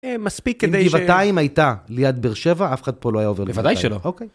אם גבעתיים הייתה ליד בר שבע, אף אחד פה לא היה עובר, בוודאי שלא.